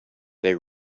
they